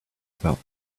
about